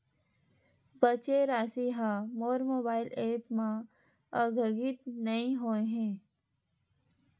बचे राशि हा मोर मोबाइल ऐप मा आद्यतित नै होए हे